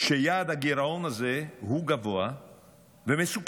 שיעד הגירעון הזה הוא גבוה ומסוכן.